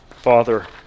Father